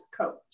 coach